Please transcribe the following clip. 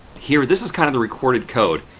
here, this is kind of the recorded code.